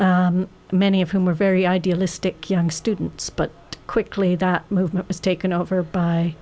many of whom were very idealistic young students but quickly the movement was taken over by